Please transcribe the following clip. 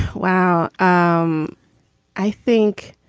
wow. um i think.